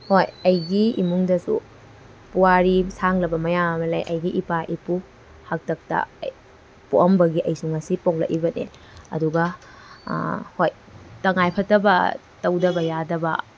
ꯍꯣꯏ ꯑꯩꯒꯤ ꯏꯃꯨꯡꯗꯁꯨ ꯋꯥꯔꯤ ꯁꯥꯡꯂꯕ ꯃꯌꯥꯝ ꯑꯃ ꯂꯩ ꯑꯩꯒꯤ ꯏꯄꯥ ꯏꯄꯨ ꯍꯥꯛꯇꯛꯇ ꯑꯩ ꯄꯣꯛꯂꯝꯕꯒꯤ ꯑꯩꯁꯨ ꯉꯁꯤ ꯄꯣꯛꯂꯛꯏꯕꯅꯤ ꯑꯗꯨꯒ ꯍꯣꯏ ꯇꯉꯥꯏꯐꯗꯕ ꯇꯧꯗꯕ ꯌꯥꯗꯕ